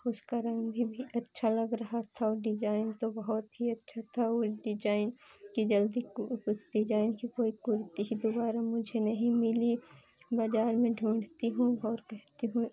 उसका रंग भी अच्छा लग रहा था और डिजाईन तो बहुत ही अच्छा था उस डिजाईन की जल्दी कु उस डिजाईन की कोई कुर्ती ही दुबारा मुझे नहीं मिली बाज़ार में ढूँढती हूँ और कहती हूँ